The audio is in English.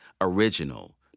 original